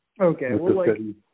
Okay